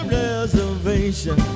reservation